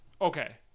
Okay